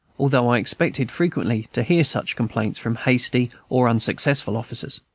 although i expected frequently to hear such complaints from hasty or unsuccessful officers.